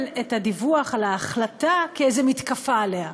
את הדיווח על ההחלטה כאיזו מתקפה עליה.